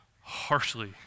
harshly